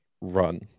run